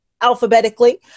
Alphabetically